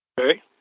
Okay